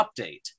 update